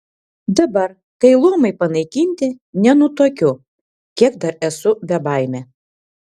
dabar kai luomai panaikinti nenutuokiu kiek dar esu bebaimė